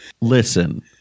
Listen